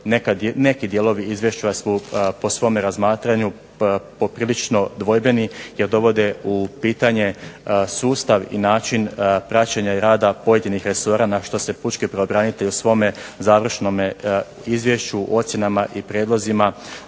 neki dijeli izvješća su po svome razmatranju poprilično dvojbeni jer dovode u pitanje sustav i način praćenja i rada pojedinih resora na što se pučki pravobranitelj u svome završnome izvješću ocjenama i prijedlozima